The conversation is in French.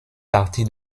partie